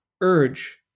urge